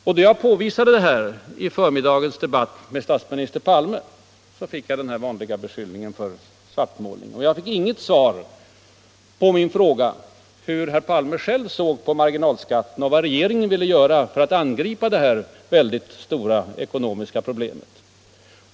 När jag påvisade detta i förmiddagens debatt med statsminister Palme, möttes jag av den vanliga beskyllningen för svartmålning. Men jag fick inget svar på min fråga om hur herr Palme själv såg på marginalskatterna och om vad regeringen vill göra för att angripa detta verkligt stora ekonomiska problem.